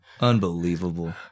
Unbelievable